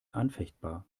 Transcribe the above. anfechtbar